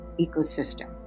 ecosystem